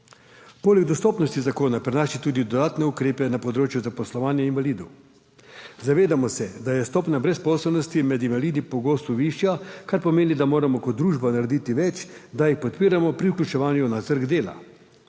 Poleg dostopnosti zakon prinaša tudi dodatne ukrepe na področju zaposlovanja invalidov. Zavedamo se, da je stopnja brezposelnosti med invalidi pogosto višja, kar pomeni, da moramo kot družba narediti več, da jih podpiramo pri vključevanju na trg dela.